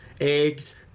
Eggs